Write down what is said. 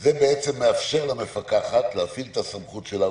--- זה בעצם מאפשר למפקחת להפעיל את הסמכות שלה.